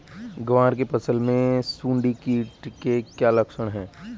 ग्वार की फसल में सुंडी कीट के क्या लक्षण है?